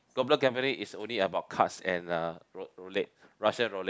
global gambling is only about cards and uh roulette Russia-roulette